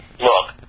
look